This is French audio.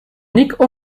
nick